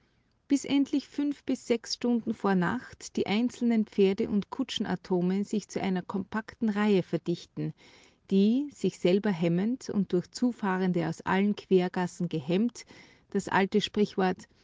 bis endlich fünf bis sechs stunden vor nacht die einzelnen pferde und kutschen atome sich zu einer kompakten reihe verdichten die sich selber hemmend und durch zufahrende aus allen quergassen gehemmt das alte sprichwort